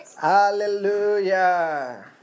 Hallelujah